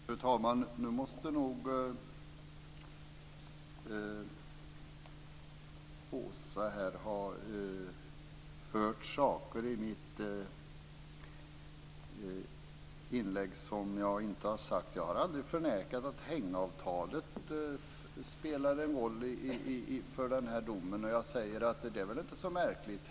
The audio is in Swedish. Fru talman! Nu måste nog Åsa ha hört saker i mitt inlägg som jag inte har sagt. Jag har aldrig förnekat att hängavtalet spelar en roll för den här domen. Jag säger att det väl inte är så märkligt.